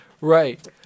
right